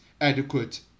adequate